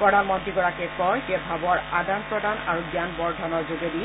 প্ৰধানমন্তীগৰাকীয়ে কয় যে ভাৱৰ আদান প্ৰদান আৰু জ্ঞান বৰ্ধনৰ যোগেদি